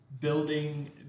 building